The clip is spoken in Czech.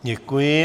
Děkuji.